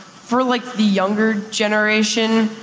for like the younger generation,